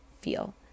feel